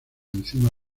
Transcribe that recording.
encima